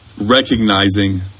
recognizing